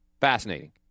Fascinating